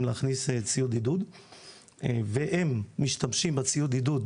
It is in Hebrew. להכניס ציוד עידוד והם משתמשים בציוד עידוד,